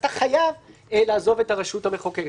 אתה חייב לעזוב את הרשות המחוקקת.